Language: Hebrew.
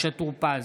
משה טור פז,